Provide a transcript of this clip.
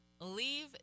leave